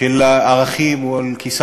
של הערכים, או על כיסאות,